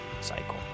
cycle